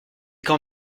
quand